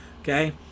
Okay